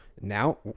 now